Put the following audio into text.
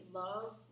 love